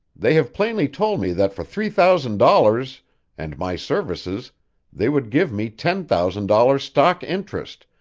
they have plainly told me that for three thousand dollars and my services they would give me ten thousand dollars' stock interest,